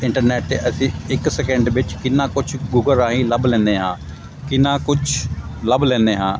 internet 'ਤੇ ਅਸੀਂ ਇੱਕ ਸੈਕਿੰਡ ਵਿੱਚ ਕਿੰਨਾ ਕੁਛ ਗੂਗਲ ਰਾਹੀਂ ਲੱਭ ਲੈਂਦੇ ਹਾਂ ਕਿੰਨਾ ਕੁਛ ਲੱਭ ਲੈਂਦੇ ਹਾਂ